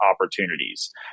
Opportunities